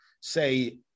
say